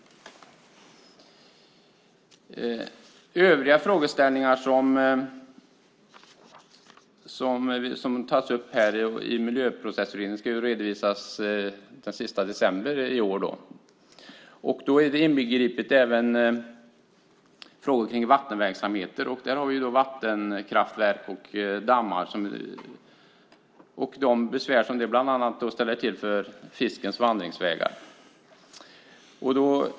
Övriga frågeställningar som tas upp i Miljöprocessutredningen ska redovisas den sista december i år. Då är inbegripet även frågor kring vattenverksamheter. Där har vi vattenkraftverk, dammar och de besvär som de bland annat ställer till för fiskens vandringsvägar.